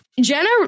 Jenna